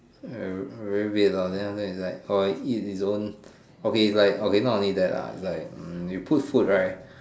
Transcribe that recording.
very weird lah then after that it's like or it eat its own okay it's like okay not only that ah it's like you put food right